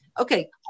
Okay